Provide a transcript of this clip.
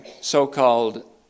so-called